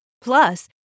Plus